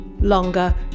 longer